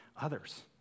others